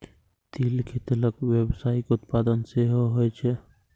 तिल के तेलक व्यावसायिक उत्पादन सेहो होइ छै